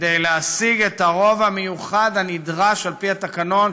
כדי להשיג את הרוב המיוחד הנדרש על פי התקנון,